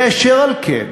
אשר על כן,